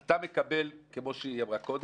אתה מקבל, כמו שהיא אמרה קודם,